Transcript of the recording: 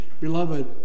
Beloved